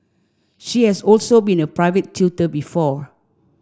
she has also been a private tutor before